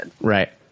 Right